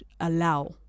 allow